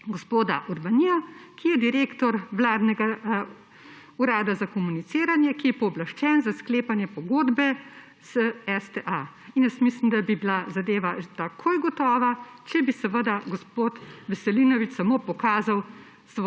gospoda Urbanijo, ki je direktor vladnega Urada za komuniciranje, ki je pooblaščen za sklepanje pogodbe s STA. Jaz mislim, da bi bila zadeva takoj rešena, če bi gospod Veselinovič samo pokazal